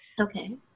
Okay